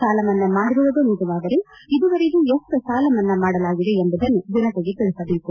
ಸಾಲಮನ್ನಾ ಮಾಡಿರುವುದೇ ನಿಜವಾದರೆ ಇದುವರೆಗೂ ಎಷ್ಟು ಸಾಲ ಮನ್ನಾ ಮಾಡಲಾಗಿದೆ ಎಂಬುದನ್ನು ಜನಶೆಗೆ ತಿಳಿಸಬೇಕು